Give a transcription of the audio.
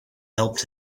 helped